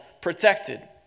Protected